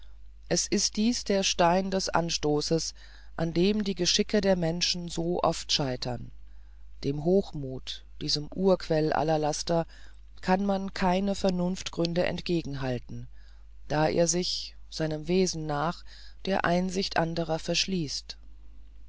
es ist dies der stein des anstoßes an dem die geschicke der menschen so oft scheitern dem hochmuth diesem urquell aller laster kann man keine vernunftgründe entgegenhalten da er sich seinem wesen nach der einsicht anderer verschließt